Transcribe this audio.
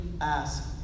ask